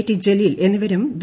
T Jaleel എന്നിവരും V